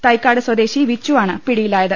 തൈക്കാട് സ്വദേശി വിച്ചുവാണ് പിടിയിലായത്